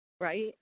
right